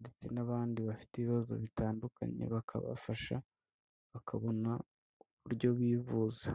ndetse n'abandi bafite ibibazo bitandukanye bakabafasha bakabona uburyo bivuza.